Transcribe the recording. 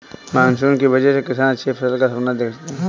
monsoon की वजह से किसान अच्छी फसल का सपना देखते हैं